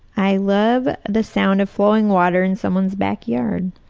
i love the sound of flowing water in someone's back yard.